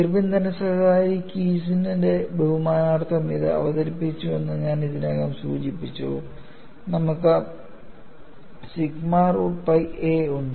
Irwin തന്റെ സഹകാരി കീസിന്റെ ബഹുമാനാർത്ഥം ഇത് അവതരിപ്പിച്ചുവെന്ന് ഞാൻ ഇതിനകം സൂചിപ്പിച്ചു നമുക്ക് സിഗ്മ റൂട്ട് പൈ a ഉണ്ട്